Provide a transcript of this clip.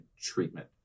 treatment